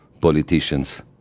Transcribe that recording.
politicians